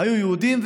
היו יהודים.